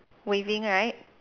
waving right